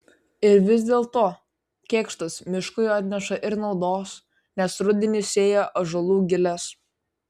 ir vis dėlto kėkštas miškui atneša ir naudos nes rudenį sėja ąžuolų giles